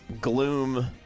gloom